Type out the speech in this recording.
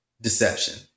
deception